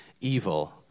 evil